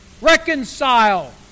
reconcile